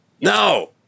No